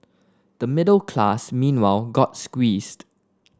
the middle class meanwhile got squeezed